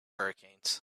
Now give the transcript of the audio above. hurricanes